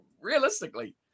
Realistically